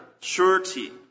surety